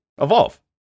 Evolve